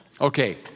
Okay